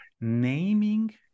naming